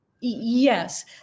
Yes